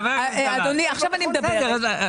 אדוני, עכשיו אני מדברת.